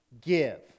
give